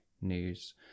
news